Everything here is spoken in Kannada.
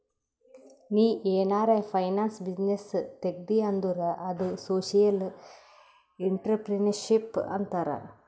ನೀ ಏನಾರೆ ಫೈನಾನ್ಸ್ ಬಿಸಿನ್ನೆಸ್ ತೆಗ್ದಿ ಅಂದುರ್ ಅದು ಸೋಶಿಯಲ್ ಇಂಟ್ರಪ್ರಿನರ್ಶಿಪ್ ಅಂತಾರ್